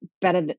better